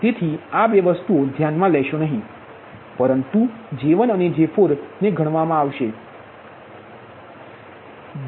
તેથી આ 2 વસ્તુઓ ધ્યાનમાં લેશે નહીં પરંતુ J1 અનેJ4 ને ગણવામાં આવશે